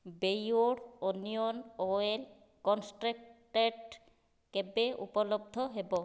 Beardo onion oil concentrate କେବେ ଉପଲବ୍ଧ ହେବ